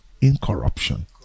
incorruption